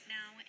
now